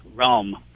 realm